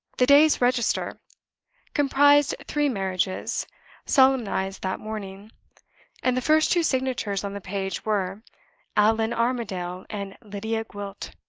the day's register comprised three marriages solemnized that morning and the first two signatures on the page were allan armadale and lydia gwilt!